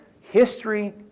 history